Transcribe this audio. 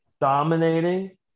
dominating